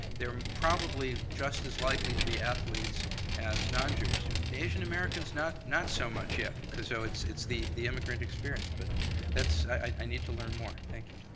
they're probably just as likely to be athletes as non-jewish students. the asian americans, not not so much yet. because so it's it's the the immigrant experience. but that's, i need to learn more. thank you.